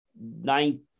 nine